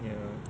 ya